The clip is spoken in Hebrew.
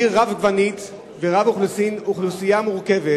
היא עיר רבגונית ורבת אוכלוסין, אוכלוסייה מורכבת.